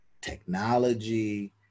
technology